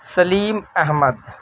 Saleem Ahmad